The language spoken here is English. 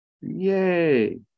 Yay